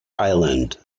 island